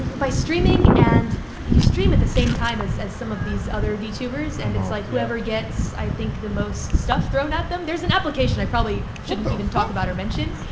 by streaming and you stream at the same time as as some of these other vtubers and it's like whoever gets i think the most stuff thrown at them. there's an application i probably shouldn't even talk about or mention,